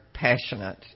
passionate